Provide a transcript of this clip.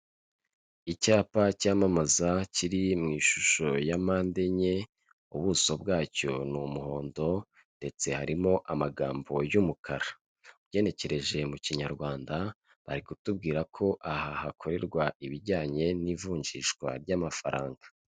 Icyapa cyamamaza, kiri mu ishusho ya mande enye, ubuso bwacyo n'umuhondo, ndetse harimo amagambo y'umukara. Ugenekereje mu kinyarwanda ari kutubwira ko aha hakorerwa ibijyanye n'ivunjishwa ry'amafaranga.